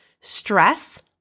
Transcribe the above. stress